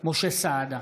משה סעדה,